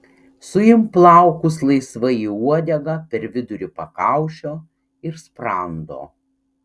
suimk plaukus laisvai į uodegą per vidurį pakaušio ir sprando